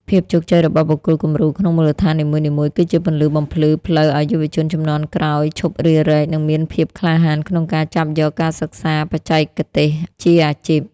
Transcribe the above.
ភាពជោគជ័យរបស់បុគ្គលគំរូក្នុងមូលដ្ឋាននីមួយៗ គឺជាពន្លឺបំភ្លឺផ្លូវឱ្យយុវជនជំនាន់ក្រោយឈប់រារែក និងមានភាពក្លាហានក្នុងការចាប់យកការសិក្សាបច្ចេកទេសជាអាជីព។